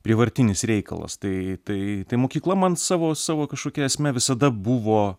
prievartinis reikalas tai tai tai mokykla man savo savo kažkokia esme visada buvo